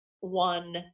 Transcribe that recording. one